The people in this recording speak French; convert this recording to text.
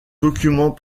document